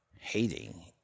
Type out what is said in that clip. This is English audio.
hating